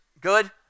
good